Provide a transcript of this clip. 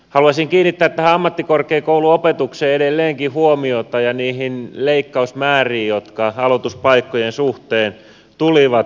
haluaisin kiinnittää tähän ammattikorkeakouluopetukseen edelleenkin huomiota ja niihin leikkausmääriin jotka aloituspaikkojen suhteen tulivat